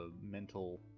mental